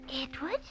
Edward